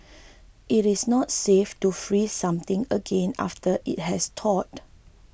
it is not safe to freeze something again after it has thawed